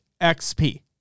XP